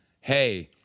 Hey